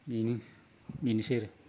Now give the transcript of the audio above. बेनो बेनोसै आरो